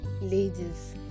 ladies